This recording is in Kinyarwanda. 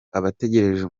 abategereje